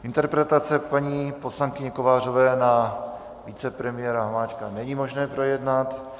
Interpelaci paní poslankyně Kovářové na vicepremiéra Hamáčka není možné projednat.